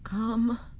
um,